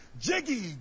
Jiggy